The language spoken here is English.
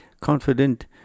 confident